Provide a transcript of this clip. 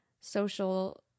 social